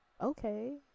okay